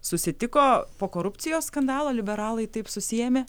susitiko po korupcijos skandalo liberalai taip susiėmė